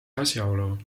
asjaolu